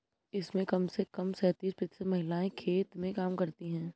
इसमें कम से कम तैंतीस प्रतिशत महिलाएं खेत में काम करती हैं